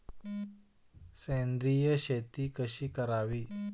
सेंद्रिय शेती कशी करावी?